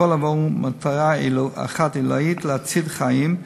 והכול עבור מטרה אחת עילאית: להציל חיים,